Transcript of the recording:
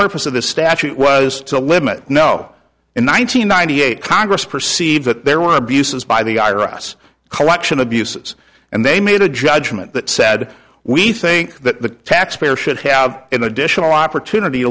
purpose of the statute was to limit no in one nine hundred ninety eight congress perceives that there were abuses by the ira us collection abuses and they made a judgment that said we think that the taxpayer should have an additional opportunity